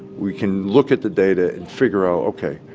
we can look at the data and figure out, okay,